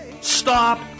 Stop